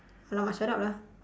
!alamak! shut up lah